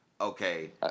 okay